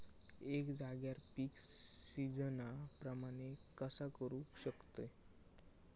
एका जाग्यार पीक सिजना प्रमाणे कसा करुक शकतय?